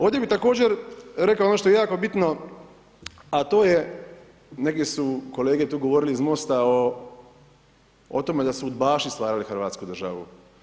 Ovdje bi također rekao ono što je jako bitno, a to je, neki su kolege govorili tu iz Mosta, o tome, da su udbaši stvarali Hrvatsku državu.